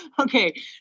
Okay